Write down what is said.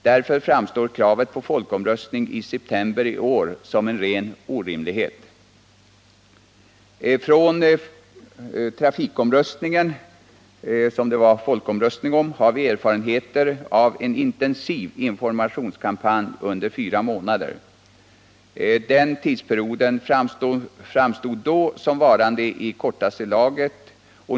Därför framstår kravet på folkomröstning i september i år som en ren orimlighet. Från trafikomläggningen, som det var folkomröstning om, har vi erfarenheter av en intensiv informationskampanj under fyra månader. Den tidsperioden framstod då såsom varande i kortaste laget.